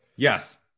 Yes